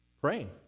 Praying